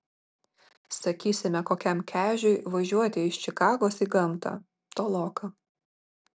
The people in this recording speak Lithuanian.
sakysime kokiam kežiui važiuoti iš čikagos į gamtą toloka